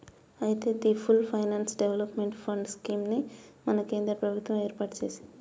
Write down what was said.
అయితే the full finance development fund scheme ని మన కేంద్ర ప్రభుత్వం ఏర్పాటు సెసింది